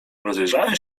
rozejrzałem